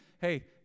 Hey